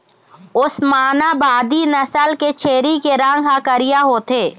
ओस्मानाबादी नसल के छेरी के रंग ह करिया होथे